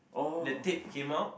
the tape came out